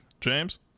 James